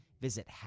Visit